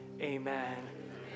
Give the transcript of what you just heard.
Amen